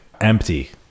empty